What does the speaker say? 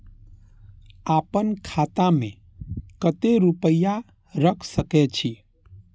आपन खाता में केते रूपया रख सके छी?